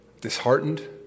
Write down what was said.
disheartened